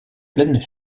pleine